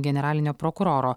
generalinio prokuroro